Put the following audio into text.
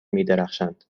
میدرخشند